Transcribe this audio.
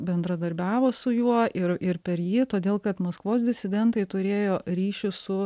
bendradarbiavo su juo ir ir per jį todėl kad maskvos disidentai turėjo ryšius su